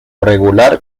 regular